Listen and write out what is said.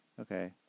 Okay